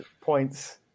points